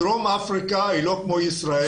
דרום אפריקה היא לא כמו ישראל,